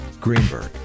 Greenberg